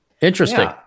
Interesting